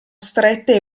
strette